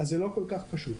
אז זה לא כל כך פשוט.